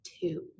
two